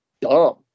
dumb